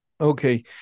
Okay